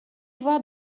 voir